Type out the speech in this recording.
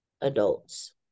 adults